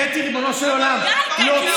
קטי, ריבונו של עולם, די, תהיו אחראיים.